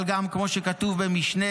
אבל גם כמו שכתוב במשנה,